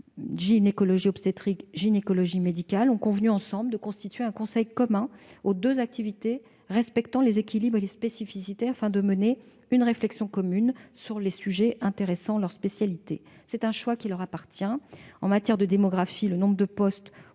gynécologie obstétrique et de la gynécologie médicale sont convenues de constituer un conseil commun aux deux activités, respectant les équilibres et les spécificités, afin de mener une réflexion commune sur les sujets intéressant les deux spécialités. C'est un choix qui leur appartient. En matière de démographie, le nombre de postes